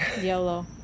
Yellow